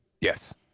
Yes